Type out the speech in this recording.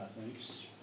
thanks